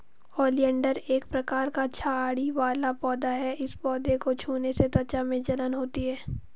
oleander एक प्रकार का झाड़ी वाला पौधा है इस पौधे को छूने से त्वचा में जलन होती है